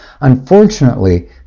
Unfortunately